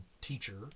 teacher